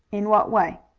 in what way?